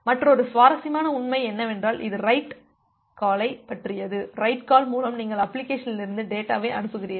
மற்றொரு சுவாரஸ்யமான உண்மை என்னவென்றால் இது ரைட் காலைப் பற்றியது ரைட் கால் மூலம் நீங்கள் அப்ளிகேஷனலிருந்து டேட்டாவை அனுப்புகிறீர்கள்